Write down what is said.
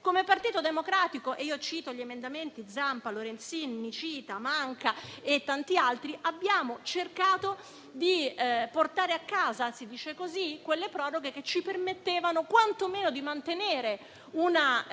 Come Partito Democratico - e cito gli emendamenti a firma Zampa, Lorenzin, Nicita, Manca e tanti altri - abbiamo cercato di portare a casa, diciamo così, le proroghe che ci permettono quanto meno di mantenere una